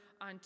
on